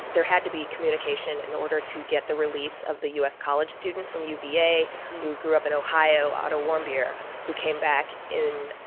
there had to be communication in order to get the release of the u s. college student from uva who grew up in ohio, otto warmbier, who came back in,